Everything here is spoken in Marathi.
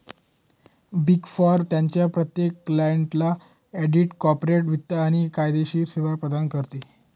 बिग फोर त्यांच्या प्रत्येक क्लायंटला ऑडिट, कॉर्पोरेट वित्त आणि कायदेशीर सेवा प्रदान करते